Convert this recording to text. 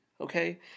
Okay